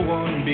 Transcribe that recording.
one